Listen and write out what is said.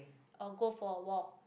or go for a walk